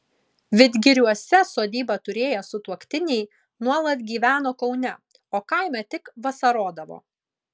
vidgiriuose sodybą turėję sutuoktiniai nuolat gyveno kaune o kaime tik vasarodavo